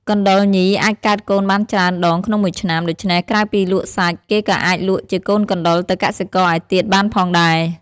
កណ្តុរញីអាចកើតកូនបានច្រើនដងក្នុងមួយឆ្នាំ ដូច្នេះក្រៅពីលក់សាច់ គេក៏អាចលក់ជាកូនកណ្តុរទៅកសិករឯទៀតបានផងដែរ។